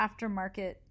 aftermarket